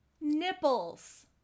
nipples